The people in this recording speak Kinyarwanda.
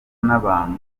n’abantu